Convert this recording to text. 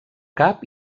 cap